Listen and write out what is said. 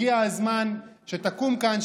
הגיע הזמן שתקום כאן,